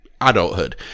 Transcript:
adulthood